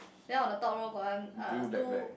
then on the top row got one uh two